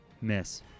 Miss